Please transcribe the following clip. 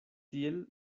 tiel